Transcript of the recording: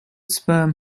sperm